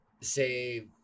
say